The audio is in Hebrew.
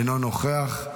אינו נוכח,